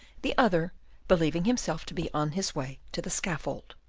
the other believing himself to be on his way to the scaffold.